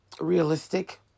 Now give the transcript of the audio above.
realistic